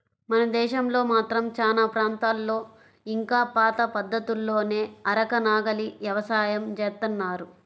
మన దేశంలో మాత్రం చానా ప్రాంతాల్లో ఇంకా పాత పద్ధతుల్లోనే అరక, నాగలి యవసాయం జేత్తన్నారు